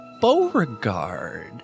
Beauregard